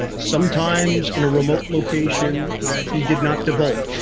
ah sometimes in a remote location that he did not devote